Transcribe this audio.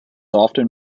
often